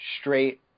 straight